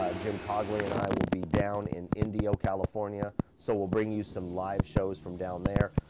ah jim cogley and i will be down in indio, california. so we'll bring you some live shows from down there,